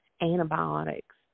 antibiotics